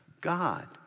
God